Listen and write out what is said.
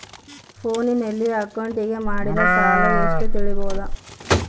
ಫೋನಿನಲ್ಲಿ ಅಕೌಂಟಿಗೆ ಮಾಡಿದ ಸಾಲ ಎಷ್ಟು ತಿಳೇಬೋದ?